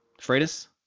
Freitas